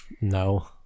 No